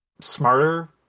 smarter